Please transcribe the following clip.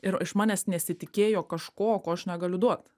ir iš manęs nesitikėjo kažko ko aš negaliu duot